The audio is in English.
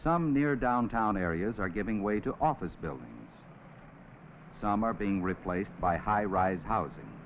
some near downtown areas are giving way to office buildings some are being replaced by high rise housing